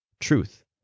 truth